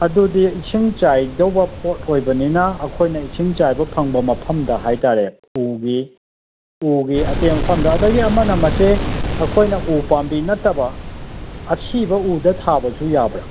ꯑꯗꯨꯗꯤ ꯏꯁꯤꯡ ꯆꯥꯏꯗꯧꯕ ꯄꯣꯠ ꯑꯣꯏꯕꯅꯤꯅ ꯑꯩꯈꯣꯏꯅ ꯏꯁꯤꯡ ꯆꯥꯏꯕ ꯐꯪꯕ ꯃꯐꯝꯗ ꯍꯥꯏꯇꯥꯔꯦ ꯎꯒꯤ ꯑꯇꯦꯟ ꯃꯐꯝꯗ ꯑꯗꯒꯤ ꯑꯃ ꯃꯁꯦ ꯑꯩꯈꯣꯏꯅ ꯎ ꯄꯥꯝꯕꯤ ꯅꯠꯇꯕ ꯑꯁꯤꯕ ꯎꯗ ꯊꯥꯕꯁꯨ ꯌꯥꯕ꯭ꯔꯥ